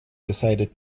decided